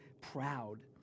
proud